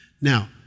Now